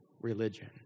religion